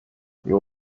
they